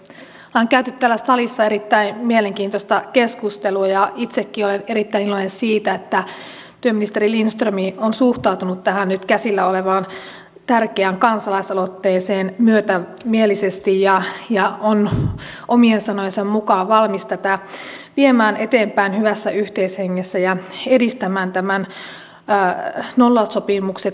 olemme käyneet täällä salissa erittäin mielenkiintoista keskustelua ja itsekin olen erittäin iloinen siitä että työministeri lindström on suhtautunut tähän nyt käsillä olevaan tärkeään kansalaisaloitteeseen myötämielisesti ja on omien sanojensa mukaan valmis tätä viemään eteenpäin hyvässä yhteishengessä ja edistämään tätä nollasopimukset kieltävää kansalaisaloitetta